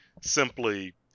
simply